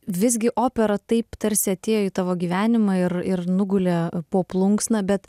visgi opera taip tarsi atėjo į tavo gyvenimą ir ir nugulė po plunksną bet